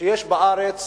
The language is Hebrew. שיש בארץ